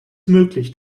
möglich